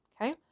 Okay